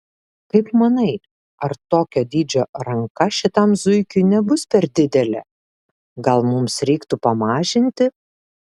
kaip manai ar tokio dydžio ranka šitam zuikiui nebus per didelė gal mums reiktų pamažinti